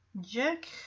jack